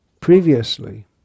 previously